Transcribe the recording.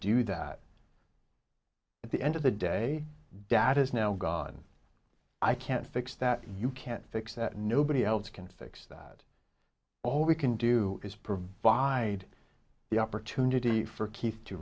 do that at the end of the day dad is now gone i can't fix that you can't fix that nobody else can fix that all we can do is provide the opportunity for keith to